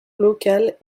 locale